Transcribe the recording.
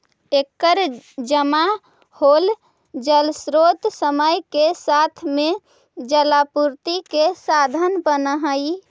एकर जमा होल जलस्रोत समय के साथ में जलापूर्ति के साधन बनऽ हई